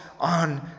on